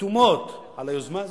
שחתומות על היוזמה הזאת.